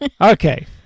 Okay